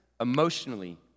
emotionally